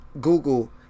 Google